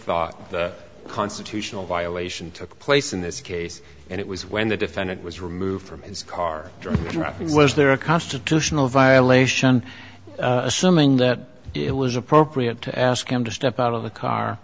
thought constitutional violation took place in this case and it was when the defendant was removed from his car drunk driving was there a constitutional violation assuming that it was appropriate to ask him to step out of the car